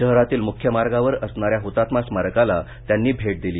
शहरातील मुख्य मार्गावर असणाऱ्या हुतात्मा स्मारकाला त्यांनी भेट दिली